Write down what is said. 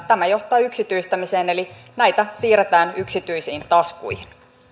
tämä johtaa yksityistämiseen eli näitä siirretään yksityisiin taskuihin